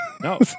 no